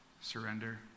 surrender